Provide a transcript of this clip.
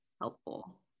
helpful